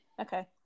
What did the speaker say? Okay